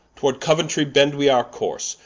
towards couentry bend we our course,